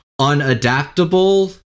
unadaptable-